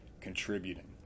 contributing